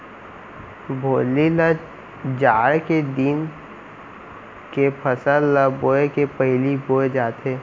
भोजली ल जाड़ के दिन के फसल ल बोए के पहिली बोए जाथे